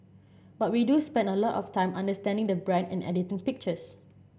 but we do spend a lot of time understanding the brand and editing pictures